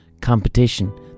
competition